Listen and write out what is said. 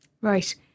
Right